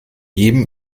jedem